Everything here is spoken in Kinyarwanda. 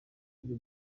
ibyo